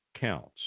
counts